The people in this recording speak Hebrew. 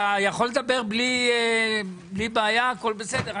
אתה יכול לדבר בלי בעיה, הכל בסדר.